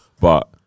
But-